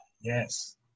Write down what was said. Yes